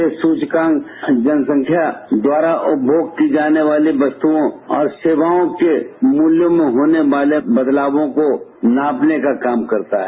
ये सूचकांक जनसंख्या द्वारा उपमोग की जाने वाली कस्तुओं और सेवाओं के मूल्य में होने वाले बदलावों को नापने का काम करता है